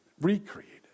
recreated